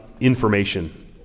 information